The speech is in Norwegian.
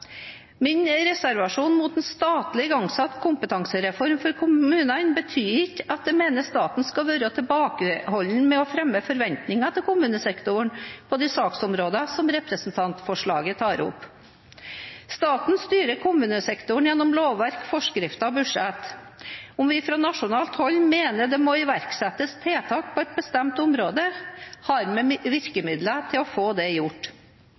Min reservasjon mot en statlig igangsatt kompetansereform for kommunene betyr ikke at jeg mener staten skal være tilbakeholden med å fremme forventninger til kommunesektoren på de saksområdene som representantforslaget tar opp. Staten styrer kommunesektoren gjennom lovverk, forskrifter og budsjett. Om vi fra nasjonalt hold mener det må iverksettes tiltak på et bestemt område, har vi virkemidler til å få det gjort.